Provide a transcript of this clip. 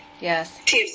yes